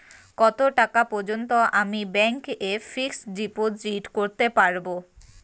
কত টাকা পর্যন্ত আমি ব্যাংক এ ফিক্সড ডিপোজিট করতে পারবো?